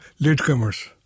latecomers